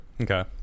Okay